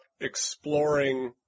exploring